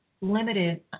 limited